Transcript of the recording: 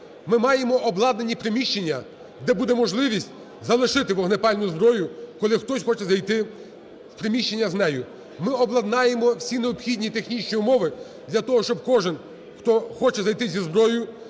Ми маємо обладнані приміщення, де буде можливість залишити вогнепальну зброю, коли хтось хоче зайти в приміщення з нею. Ми обладнаємо всі необхідні технічні умови для того, щоб кожен, хто хоче зайти зі зброєю,